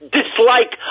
dislike